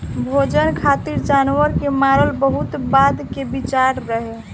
भोजन खातिर जानवर के मारल बहुत बाद के विचार रहे